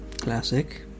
Classic